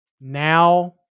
Now